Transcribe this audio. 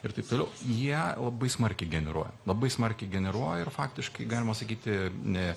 ir taip toliau jie labai smarkiai generuoja labai smarkiai generuoja ir faktiškai galima sakyti